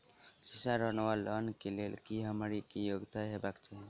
शिक्षा ऋण वा लोन केँ लेल हम्मर की योग्यता हेबाक चाहि?